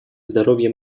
здоровья